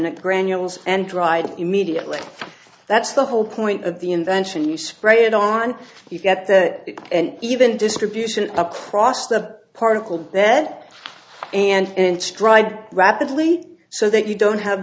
granules and dried immediately that's the whole point of the invention you spray it on you get that and even distribution across the particle that and stride rapidly so that you don't have